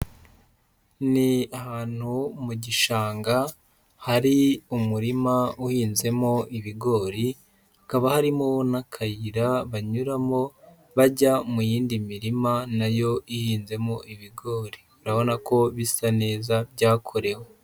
Ni ahantu mu gishanga, hari umurima uhinzemo ibigori, hakaba harimo n'akayira banyuramo bajya mu yindi mirima na yo ihinzemo ibigori. Urabona ko bisa neza, byakorewe.